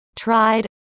tried